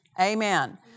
Amen